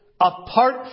apart